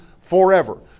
forever